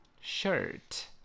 Shirt